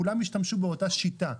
כולם השתמשו באותה שיטה.